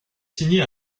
signer